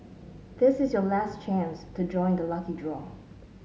this is your last chance to join the lucky draw